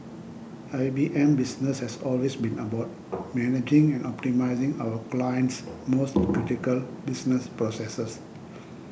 I B M's business has always been about managing and optimising our clients most critical business processes